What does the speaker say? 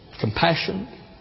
Compassion